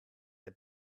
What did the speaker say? der